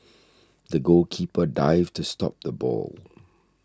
the goalkeeper dived to stop the ball